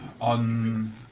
on